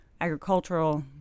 agricultural